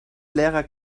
lehrer